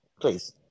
please